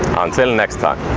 until next time!